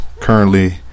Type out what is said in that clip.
currently